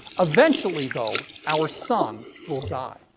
eventually, though, our sun will die.